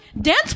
dance